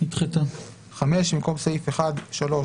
במקום סעיף 1(3),